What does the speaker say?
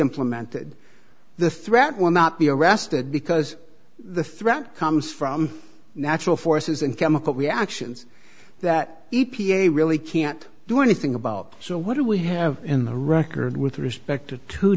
implemented the threat will not be arrested because the threat comes from natural forces and chemical reactions that e p a really can't do anything about so what do we have in the record with respect t